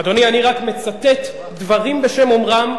אדוני, אני רק מצטט דברים בשם אומרם.